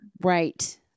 Right